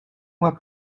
moi